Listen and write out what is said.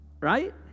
Right